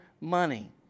money